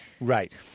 Right